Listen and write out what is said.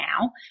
now